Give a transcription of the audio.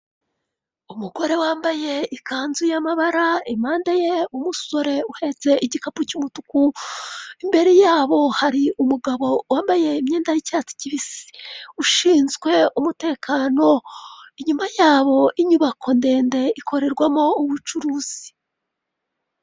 Umugore wambaye ikanzu y'amabara, impande ye umusore uhetse igikapu cy'umutuku. Imbere yabo hari umugabo wambaye imyenda y'icyatsi kibisi, ushinzwe umutekano. Inyuma yabo inyubako ndende ikorerwamo ubucuruzi.